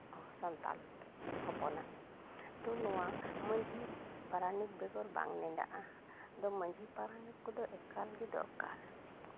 ᱟᱵᱚ ᱥᱟᱱᱛᱟᱞ ᱦᱚᱯᱚᱱᱟᱜ ᱛᱳ ᱱᱚᱣᱟ ᱢᱟᱹᱡᱷᱤ ᱯᱟᱨᱟᱱᱤᱠ ᱵᱮᱜᱚᱨ ᱵᱟᱝ ᱱᱮᱰᱟᱜᱼᱟ ᱟᱫᱚ ᱢᱟᱹᱡᱷᱤ ᱯᱟᱨᱟᱱᱤᱠ ᱠᱚᱫᱚ ᱮᱠᱟᱞᱜᱮ ᱫᱚᱨᱠᱟᱨ